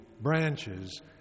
branches